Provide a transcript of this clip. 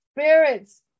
Spirits